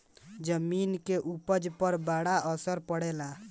जमीन के उपज पर बड़ा असर पड़ेला